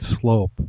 slope